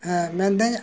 ᱦᱮᱸ ᱢᱮᱱᱮᱫᱟᱹᱧ